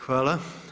Hvala.